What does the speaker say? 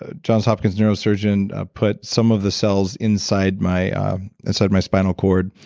ah johns hopkins neurosurgeon put some of the cells inside my inside my spinal cord,